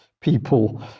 people